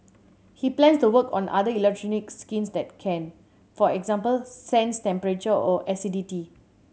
he plans to work on other electronic skins that can for example sense temperature or acidity